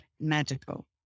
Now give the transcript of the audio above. magical